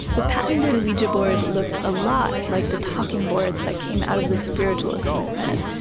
the patented ouija board looked a lot like the talking boards that came out of the spiritualist movement.